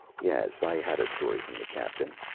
yes. i had a story from the captain.